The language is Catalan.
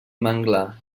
manglar